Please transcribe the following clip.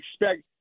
expect